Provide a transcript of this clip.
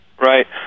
Right